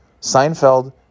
Seinfeld